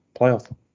playoff